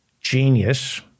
genius